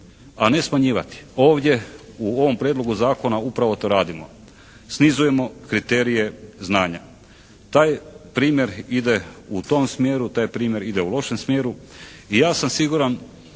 a ne smanjivati. Ovdje u ovom prijedlogu zakona upravo to radimo. Snizujemo kriterije znanja. Taj primjer ide u tom smjeru, taj primjer ide u lošem smjeru i ja sam siguran